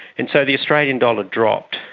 and so the australian dollar dropped,